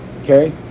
okay